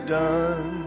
done